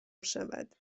میشود